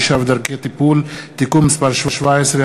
ענישה ודרכי טיפול) (תיקון מס' 17),